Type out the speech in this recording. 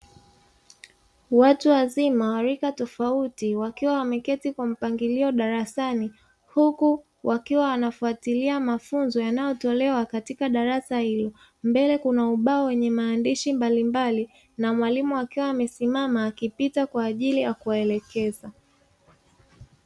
Watu wazima wa rika tofauti, wakiwa wameketi kwa mpangilio darasani, huku wakiwa wanafuatilia mafunzo yanayotolewa katika darasa hilo, mbele kuna ubao wenye maandishi mbalimbali na mwalimu akiwa amesimama, akipita kwa ajili ya kuwaelekeza.